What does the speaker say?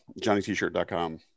johnnytshirt.com